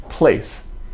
place